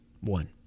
One